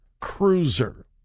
cruiser